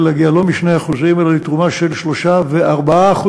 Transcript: התיירות יכולה להגיע לא ל-2% אלא לתרומה של 3% ו-4%